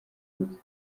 abatutsi